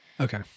Okay